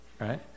Right